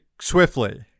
swiftly